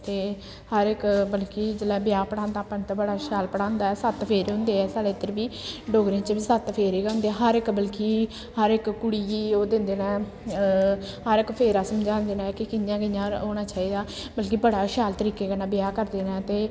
ते हर इक मतलब कि जेल्लै ब्याह् पढ़ांदा पंत बड़ा शैल पढ़ांदा ऐ सत्त फेरे होंदे ऐ साढ़े इद्धर बी डोगरें च बी सत्त फेरे गै होंदे हर इक बल्कि हर इक कुड़ी गी ओह् दिंदे न हर इक फेरा समझांदे न कि कि'यां कि'यां होना चाहिदा बल्कि बड़ा शैल तरीके कन्नै ब्याह् करदे न ते